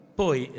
poi